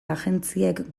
agentziek